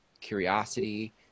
curiosity